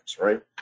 right